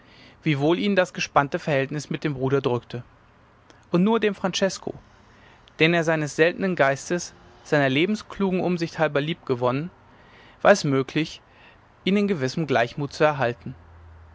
wiewohl ihn das gespannte verhältnis mit dem bruder drückte und nur dem francesko den er seines seltnen geistes seiner lebensklugen umsicht halber liebgewonnen war es möglich ihn in gewissen gleichmut zu erhalten